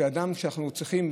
כשידענו שאנחנו צריכים,